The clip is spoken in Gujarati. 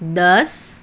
દસ